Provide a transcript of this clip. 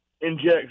injects